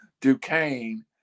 Duquesne